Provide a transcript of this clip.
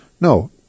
no